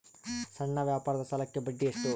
ಸಣ್ಣ ವ್ಯಾಪಾರದ ಸಾಲಕ್ಕೆ ಬಡ್ಡಿ ಎಷ್ಟು?